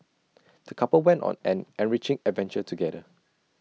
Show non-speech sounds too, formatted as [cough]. [noise] the couple went on an enriching adventure together